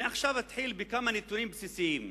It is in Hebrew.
אני אתחיל בכמה נתונים בסיסיים: